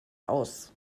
aus